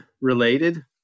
related